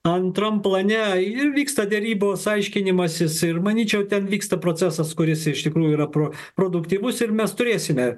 antram plane ir vyksta derybos aiškinimasis ir manyčiau ten vyksta procesas kuris iš tikrųjų yra pro produktyvus ir mes turėsime